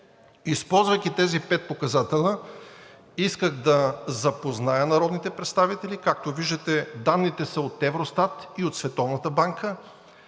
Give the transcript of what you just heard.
използвайки тези пет показателя, исках да запозная народните представители. Както виждате, данните са от Евростат и от Световната банка.